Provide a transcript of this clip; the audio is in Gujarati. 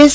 એસ